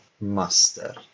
master